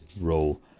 role